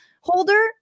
holder